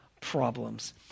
problems